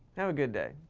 have a good day.